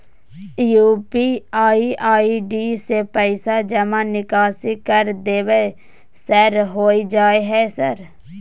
UPI ID से पैसा जमा निकासी कर देबै सर होय जाय है सर?